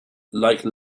like